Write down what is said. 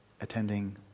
attending